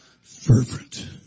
fervent